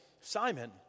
Simon